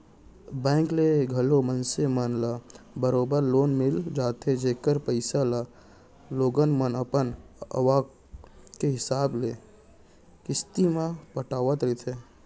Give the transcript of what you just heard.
bank ले घलौ मनसे मन ल बरोबर लोन मिल जाथे जेकर पइसा ल लोगन मन अपन आवक के हिसाब ले किस्ती म पटावत रथें